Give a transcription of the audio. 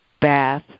Bath